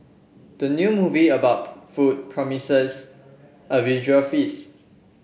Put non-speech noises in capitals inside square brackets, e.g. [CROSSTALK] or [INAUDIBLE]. the new movie about [UNINTELLIGIBLE] food promises a visual feast